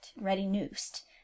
ready-noosed